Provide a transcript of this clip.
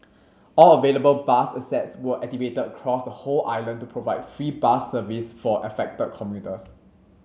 all available bus assets were activated across the whole island to provide free bus service for affected commuters